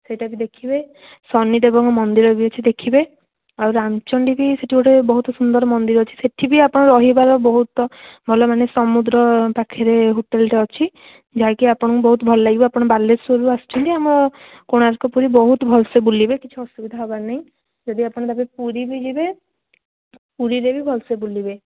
ସେଇଟା ବି ଦେଖିବେ ଶନିଦେବଙ୍କ ମନ୍ଦିର ବି ଅଛି ଦେଖିବେ ଆଉ ରାମଚଣ୍ଡୀ ବି ସେଠି ଗୋଟେ ବହୁତ ସୁନ୍ଦର ମନ୍ଦିର ଅଛି ସେଠି ବି ଆପଣ ରହିବାର ବହୁତ ଭଲ ମାନେ ସମୁଦ୍ର ପାଖରେ ହୋଟେଲଟେ ଅଛି ଯାହାକି ଆପଣଙ୍କୁ ବହୁତ ଭଲ ଲାଗିବ ଆପଣ ଯାହାକି ବାଲେଶ୍ୱରରୁ ଆସିଛନ୍ତି ଆମ କୋଣାର୍କ ପୁରୀ ବହୁତ ଭଲ ସେ ବୁଲିବେ କିଛି ଅସୁବିଧା ହେବାର ନାହିଁ ଯଦି ଆପଣ ତା'ପରେ ପୁରୀ ବି ଯିବେ ପୁରୀରେ ବି ଭଲ ସେ ବୁଲିବେ